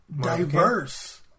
diverse